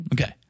Okay